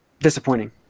disappointing